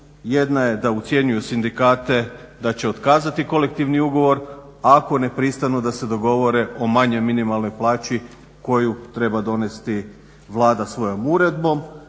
jedna je da ucjenjuju sindikate da će otkazati kolektivni ugovor ako ne pristanu da se dogovore o manjoj minimalnoj plaću koju treba donesti Vlada svojom uredbom